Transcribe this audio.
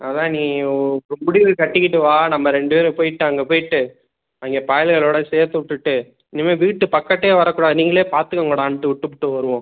அதுதான் நீ முடிவு கட்டிக்கிட்டு வா நம்ம ரெண்டு பேரும் போயிட்டு அங்கே போயிட்டு அங்கே பயலுகளோடு சேர்த்துவுட்டுட்டு இனிமே வீட்டு பக்கட்டே வரக்கூடாது நீங்களே பார்த்துக்கோங்கடான்னு விட்டுவிட்டு வருவோம்